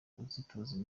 azitoza